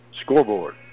scoreboard